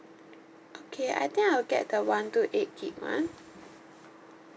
okay I think I'll get the one two eight gig one